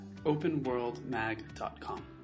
openworldmag.com